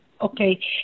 Okay